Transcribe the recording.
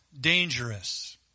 dangerous